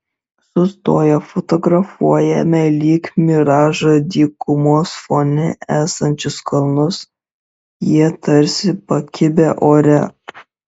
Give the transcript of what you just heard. sustoję fotografuojame lyg miražą dykumos fone esančius kalnus jie tarsi pakibę ore